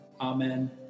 Amen